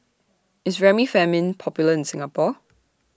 IS Remifemin Popular in Singapore